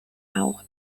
auch